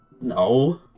No